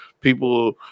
People